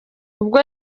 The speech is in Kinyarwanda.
ubwo